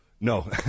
No